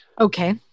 okay